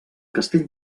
castell